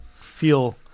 feel